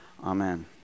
Amen